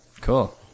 Cool